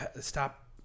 stop